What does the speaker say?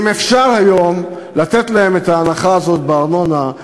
אם אפשר היום לתת להם את ההנחה הזאת בארנונה,